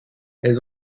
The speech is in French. elles